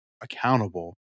accountable